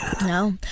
No